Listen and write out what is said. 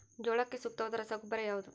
ಜೋಳಕ್ಕೆ ಸೂಕ್ತವಾದ ರಸಗೊಬ್ಬರ ಯಾವುದು?